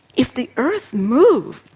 if the earth moves,